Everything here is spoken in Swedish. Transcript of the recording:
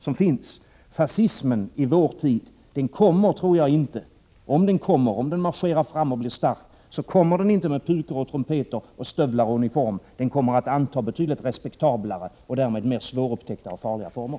Jag tror att fascismen i vår tid kommer — om den marscherar fram och blir stark — inte med pukor och trumpeter, stövlar och uniform, utan den kommer att anta betydligt respektablare och därmed mer svårupptäckta och farligare former.